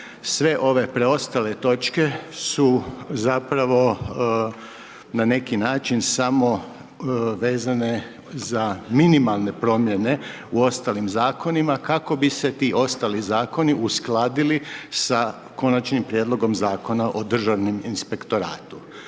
Sve ove preostale točke su zapravo su na neki način samo vezane za minimalne promjene u ostalim zakonima kako bi se ti ostali zakoni uskladili sa Konačnim prijedlogom Zakona o Državnom inspektoratu.